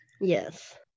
Yes